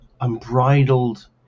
unbridled